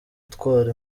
itwara